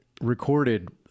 recorded